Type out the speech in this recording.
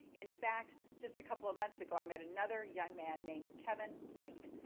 in fact, just a couple of months ago, i met another young man named kevin plank.